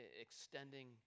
extending